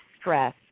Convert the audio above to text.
stress